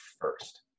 first